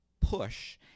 push